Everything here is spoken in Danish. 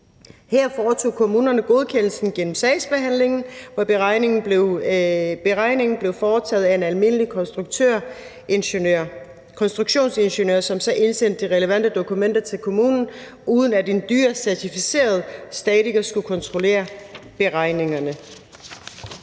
Her foretog kommunerne godkendelsen gennem sagsbehandlingen, og beregningen blev foretaget af en almindelig konstruktionsingeniør, som så indsendte de relevante dokumenter til kommunen, uden at en dyr certificeret statiker skulle kontrollere beregningerne.